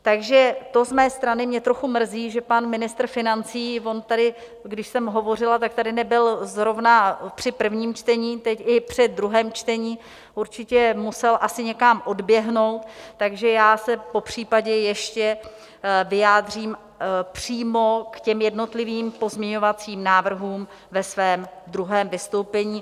Takže to mě z mé strany trochu mrzí, že pan ministr financí on tady, když jsem hovořila, nebyl zrovna při prvním čtení, teď i při druhém čtení, určitě musel asi někam odběhnout, takže já se popřípadě ještě vyjádřím přímo k těm jednotlivým pozměňovacím návrhům ve svém druhém vystoupení.